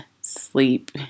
sleep